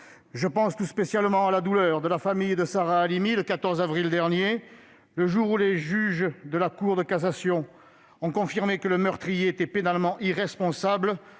Je pense tout spécialement à la douleur de la famille de Sarah Halimi le 14 avril dernier, jour où les juges de la Cour de cassation ont confirmé que le meurtrier était pénalement irresponsable